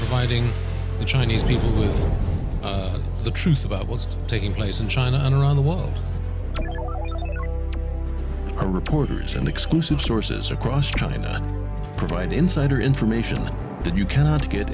fighting the chinese people is the truth about what's taking place in china and around the world are reporters and exclusive sources across china provide insider information that you cannot get